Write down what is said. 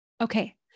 Okay